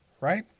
right